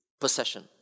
possession